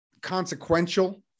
consequential